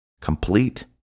complete